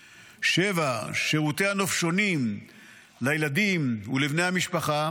7. שירותי הנופשונים לילדים ולבני המשפחה